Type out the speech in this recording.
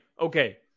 okay